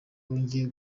bongeye